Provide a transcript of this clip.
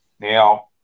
Now